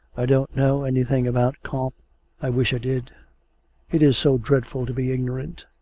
i don't know anything about comte i wish i did it is so dreadful to be ignorant.